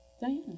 Diana